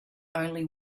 only